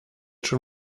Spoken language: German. schon